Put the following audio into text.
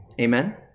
Amen